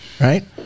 Right